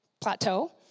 plateau